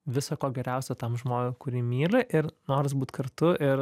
viso ko geriausio tam žmogui kurį myli ir noras būt kartu ir